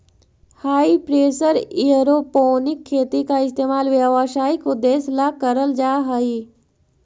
हाई pressure aeroponic खेती का इस्तेमाल व्यावसायिक उद्देश्य ला करल जा हई